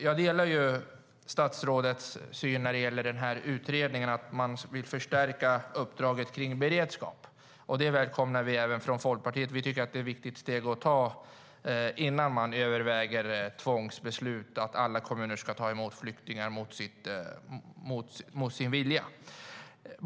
Jag delar statsrådets syn när det gäller utredningen om att förstärka uppdraget att ha beredskap. Även Folkpartiet välkomnar det. Vi tycker att det är ett viktigt steg att ta innan man överväger ett tvångsbeslut genom vilket alla kommuner ska ta emot flyktingar mot sin vilja.